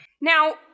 Now